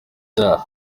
cyaha